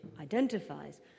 identifies